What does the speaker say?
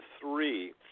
three